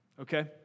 Okay